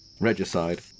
regicide